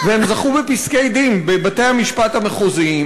והם זכו בפסקי-דין בבתי-המשפט המחוזיים,